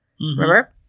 Remember